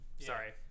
Sorry